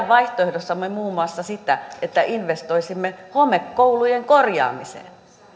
vaihtoehdossamme muun muassa sitä että investoisimme homekoulujen korjaamiseen